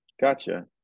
gotcha